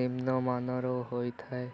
ନିମ୍ନମାନର ହୋଇଥାଏ